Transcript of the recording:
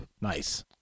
Nice